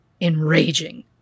enraging